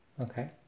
Okay